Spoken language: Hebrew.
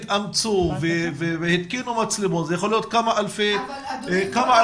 התאמצו והתקינו מצלמות שיכול לעלות כמה אלפי שקלים,